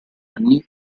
anni